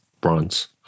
bronze